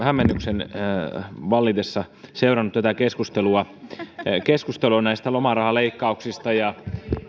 hämmennyksen vallitessa seurannut tätä keskustelua lomarahaleikkauksista ja